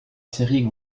série